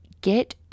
get